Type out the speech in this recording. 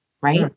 right